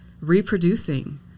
reproducing